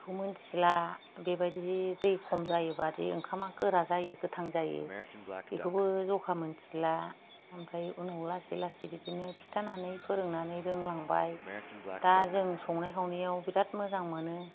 बेखौ मोनथिला बेबादि दै खम जायोबादि ओंखामा गोरा जायो गोथां जायो बेखौबो जखा मोनथिला ओमफ्राय उनाव लासै लासै बिदिनो खिथानानै फोरोंनानै रोंलांबाय दा जों संनाय खावनायाव बिराथ मोजां मोनो